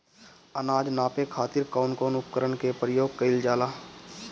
अनाज नापे खातीर कउन कउन उपकरण के प्रयोग कइल जाला?